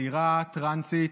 צעירה טרנסית,